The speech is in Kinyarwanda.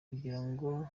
kugirango